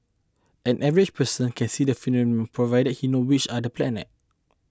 an average person can see the phenom provided he knows which are the planets